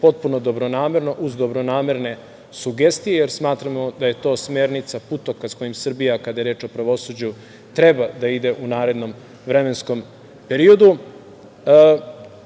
potpuno dobronamerno uz dobronamerne sugestije, jer smatramo da je to smernica, putokaz kojim Srbija, kada je reč o pravosuđu, treba da ide u narednom vremenskom periodu. Želim